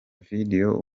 video